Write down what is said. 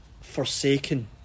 forsaken